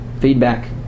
Feedback